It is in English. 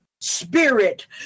Spirit